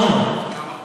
מקווה שלא ייקח זמן.